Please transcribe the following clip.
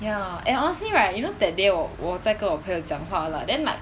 ya and honestly right you know that day 我我在跟我朋友讲话 lah then like